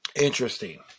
Interesting